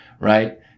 right